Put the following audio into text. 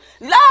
Love